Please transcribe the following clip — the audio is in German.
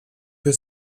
für